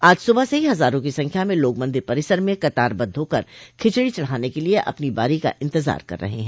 आज सुबह से ही हजारों की संख्या में लोग मंदिर परिसर में कतारबद्ध होकर खिचड़ी चढ़ाने के लिये अपनी बारी का इंतजार कर रहे हैं